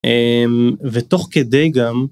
ותוך כדי גם